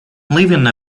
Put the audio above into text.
leaving